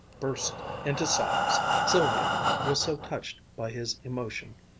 burst into sobs. sylvia was so touched by his emotion,